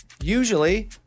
Usually